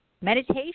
Meditation